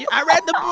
i read the book,